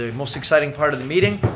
ah most exciting part of the meeting,